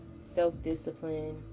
self-discipline